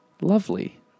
lovely